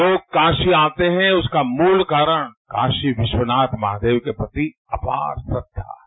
लोग काशी आते हैं उसका मूल कारण काशी विश्वनाथ महादेव के प्रति अपार श्रद्दा है